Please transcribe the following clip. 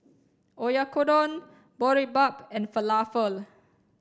Oyakodon Boribap and Falafel